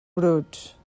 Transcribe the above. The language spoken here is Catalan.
bruts